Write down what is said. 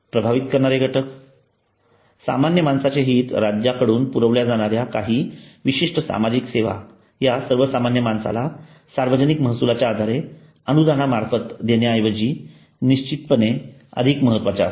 प्रभावित करणारे घटक सामान्य माणसाचे हित राज्याकडून पुरवल्या जाणाऱ्या काही विशिष्ठ सामाजिक सेवा या सर्वसामान्य माणसाला सार्वजनिक महसुलाच्या आधारे अनुदानामार्फत देण्याऐवजी निश्चितपणे अधिक महत्त्वाच्या असतात